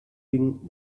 ging